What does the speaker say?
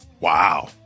Wow